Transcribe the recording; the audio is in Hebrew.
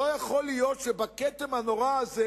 לא יכול להיות שאתם תכתימו בכתם הנורא הזה